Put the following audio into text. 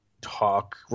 talk